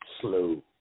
slow